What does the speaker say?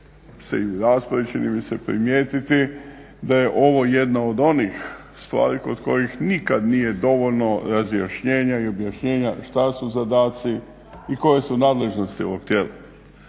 u raspravi čini mi se primijetiti da je ovo jedna od onih stvari od kojih nikad nije dovoljno razjašnjenja i objašnjena šta su zadaci i koje su nadležnosti ovog tijela.